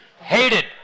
Hated